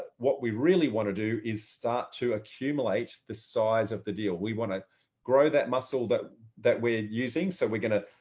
what we really want to do is start to accumulate the size of the deal, we want to grow that muscle that that we're using. so we're going to